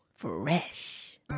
Fresh